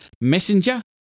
Messenger